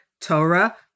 Torah